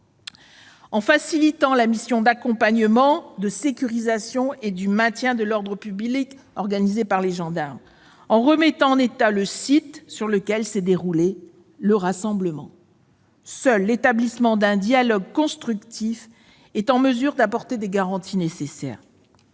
en facilitant la mission d'accompagnement, de sécurisation et de maintien de l'ordre public des gendarmes ; en remettant en état le site sur lequel s'est déroulé le rassemblement. Seul un dialogue constructif est en mesure d'apporter les garanties nécessaires.